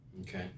Okay